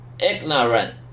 ignorant